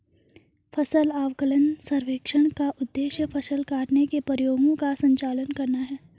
फसल आकलन सर्वेक्षण का उद्देश्य फसल काटने के प्रयोगों का संचालन करना है